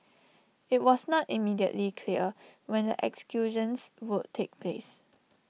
IT was not immediately clear when the executions would take place